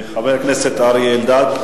חבר הכנסת אריה אלדד?